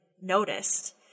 noticed